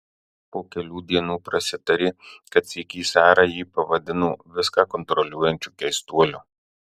po kelių dienų prasitarė kad sykį sara jį pavadino viską kontroliuojančiu keistuoliu